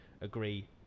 agree